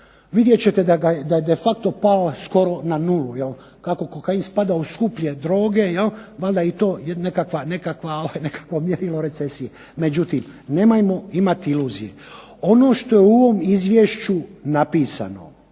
vidjet ćete da je de facto pao skoro na nulu. Kako kokain spada u skuplje droge valjda je i to nekakvo mjerilo recesije. Međutim, nemojmo imati iluzije. Ovo što je u ovom izvješću napisano